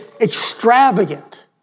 extravagant